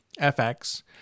FX